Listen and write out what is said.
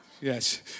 yes